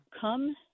Come